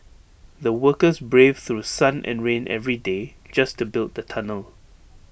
the workers braved through sun and rain every day just to build the tunnel